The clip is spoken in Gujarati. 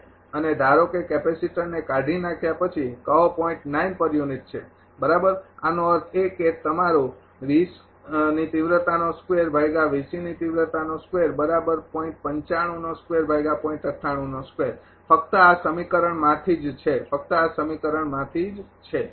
છે અને ધારો કે કેપેસિટરને કાઢી નાખ્યા પછી કહો છે બરાબર આનો અર્થ એ કે તમારુ ફક્ત આ સમીકરણમાંથી જ છે ફક્ત આ સમીકરણમાંથી જ છે